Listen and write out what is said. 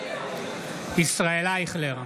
ישראל אייכלר,